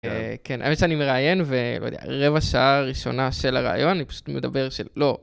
כן, האמת שאני מראיין ורבע שעה הראשונה של הראיון אני פשוט מדבר של לא.